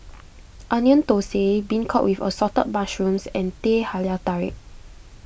Onion Thosai Beancurd with Assorted Mushrooms and Teh Halia Tarik